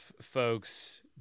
folks